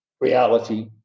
reality